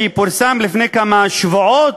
שפורסם לפני כמה שבועות,